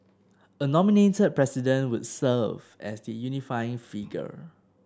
a nominated President would serve as the unifying figure